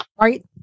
right